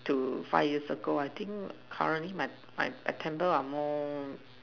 to five years ago currently my temper are more